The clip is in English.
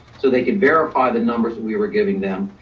so they could verify the numbers that we were giving them.